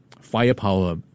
firepower